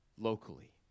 locally